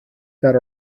that